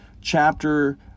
chapter